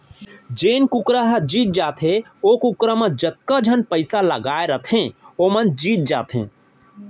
जेन कुकरा ह जीत जाथे ओ कुकरा म जतका झन पइसा लगाए रथें वो मन जीत जाथें